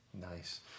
Nice